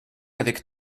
avec